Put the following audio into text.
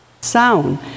sound